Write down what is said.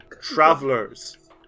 Travelers